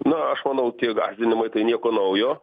na aš manau tie gąsdinimai tai nieko naujo